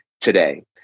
today